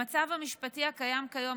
במצב המשפטי הקיים כיום,